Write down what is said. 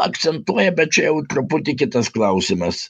akcentuoja bet čia jau truputį kitas klausimas